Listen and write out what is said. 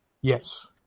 Yes